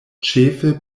ĉefe